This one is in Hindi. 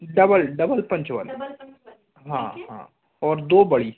डबल डबल पंच वाली हाँ हाँ और दो बड़ी